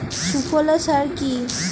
সুফলা সার কি?